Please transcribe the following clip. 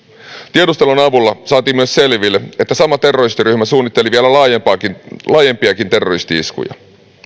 tiedustelun avulla saatiin myös selville että sama terroristiryhmä suunnitteli vielä laajempiakin laajempiakin terroristi iskuja